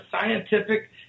scientific